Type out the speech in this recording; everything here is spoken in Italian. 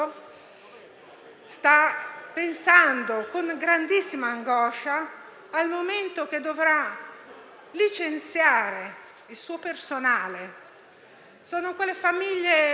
sta pensando con grandissima angoscia al momento in cui dovrà licenziare il suo personale. Sono quelle famiglie che